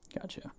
Gotcha